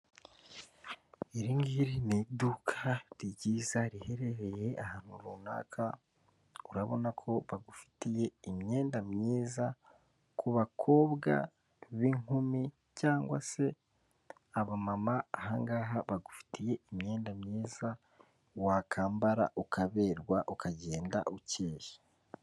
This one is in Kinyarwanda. Iri ngiri n’ iduka ryiza riherereye ahantu runaka, urabona ko bagufitiye imyenda myiza ku bakobwa b'inkumi cyangwa se abamama, ahangaha bagufitiye imyenda myiza wa kwambara ukaberwa ukagenda ukeye.